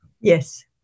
Yes